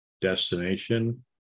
destination